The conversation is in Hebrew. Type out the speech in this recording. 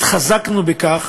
התחזקנו בכך